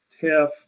TIFF